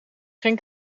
geen